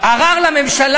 יש ועדה.